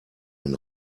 den